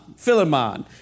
Philemon